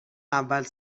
اول